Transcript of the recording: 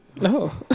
No